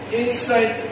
inside